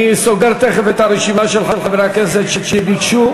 אני סוגר תכף את הרשימה של חברי הכנסת שביקשו.